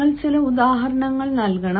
നിങ്ങൾ ചില ഉദാഹരണങ്ങൾ നൽകണം